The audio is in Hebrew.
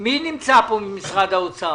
מי נמצא כאן ממשרד האוצר?